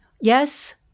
yes